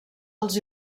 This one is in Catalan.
els